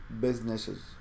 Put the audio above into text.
businesses